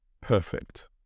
perfect